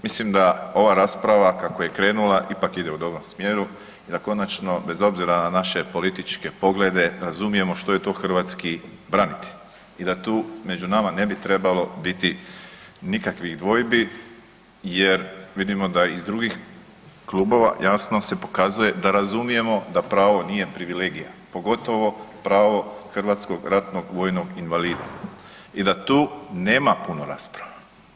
Mislim da ova rasprava kako je krenula ipak ide u dobrom smjeru i da konačno bez obzira na naše političke poglede razumijemo što je to hrvatski branitelj i da tu među nama ne bi trebalo biti nikakvih dvojbi jer vidimo da i iz drugih klubova jasno se pokazuje da razumijemo da pravo nije privilegija, pogotovo pravo hrvatskog ratnog vojnog invalida i da tu nema puno rasprava.